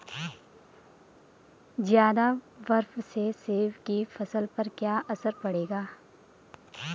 ज़्यादा बर्फ से सेब की फसल पर क्या असर पड़ेगा?